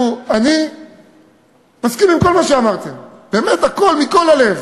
אני מסכים עם כל מה שאמרתם, באמת, הכול, מכל הלב,